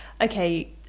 okay